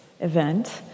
event